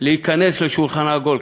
להיכנס לשולחן עגול.